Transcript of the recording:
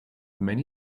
many